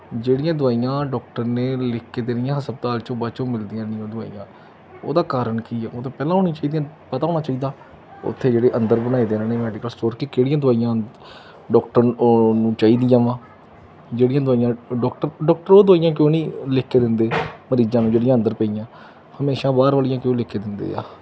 ਜਿਹੜੀਆਂ ਦਵਾਈਆਂ ਡੋਕਟਰ ਨੇ ਲਿਖ ਕੇ ਦੇਣੀਆਂ ਹਸਪਤਾਲ 'ਚੋਂ ਬਾਅਦ 'ਚੋਂ ਮਿਲਦੀਆਂ ਨਹੀਂ ਉਹ ਦਵਾਈਆਂ ਉਹਦਾ ਕਾਰਨ ਕੀ ਹੈ ਉਹ ਤਾਂ ਪਹਿਲਾਂ ਹੋਣੀ ਚਾਹੀਦੀਆਂ ਪਤਾ ਹੋਣਾ ਚਾਹੀਦਾ ਉੱਥੇ ਜਿਹੜੇ ਅੰਦਰ ਬਣਾਏ ਦੇ ਆ ਇਹਨਾਂ ਨੇ ਮੈਡੀਕਲ ਸਟੋਰ ਕਿ ਕਿਹੜੀਆਂ ਦਵਾਈਆਂ ਡੋਕਟਰ ਉਹ ਨੂੰ ਚਾਹੀਦੀਆਂ ਵਾ ਜਿਹੜੀਆਂ ਦਵਾਈਆਂ ਡੋਕਟਰ ਡੋਕਟਰ ਉਹ ਦਵਾਈਆਂ ਕਿਉਂ ਨਹੀਂ ਲਿਖ ਕੇ ਦਿੰਦੇ ਮਰੀਜ਼ਾਂ ਨੂੰ ਜਿਹੜੀਆਂ ਅੰਦਰ ਪਈਆਂ ਹਮੇਸ਼ਾਂ ਬਾਹਰ ਵਾਲੀਆਂ ਕਿਉਂ ਲਿਖ ਕੇ ਦਿੰਦੇ ਆ